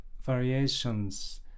variations